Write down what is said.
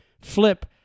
flip